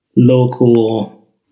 local